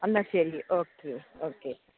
എന്നാൽ ശരി okay okay